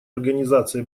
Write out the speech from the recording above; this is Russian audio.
организации